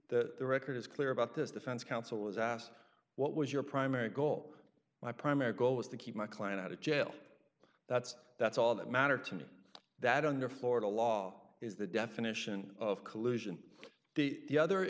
the the record is clear about this defense counsel was asked what was your primary goal my primary goal was to keep my client out of jail that's that's all that matter to me that under florida law is the definition of collusion the the other